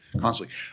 constantly